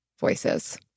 voices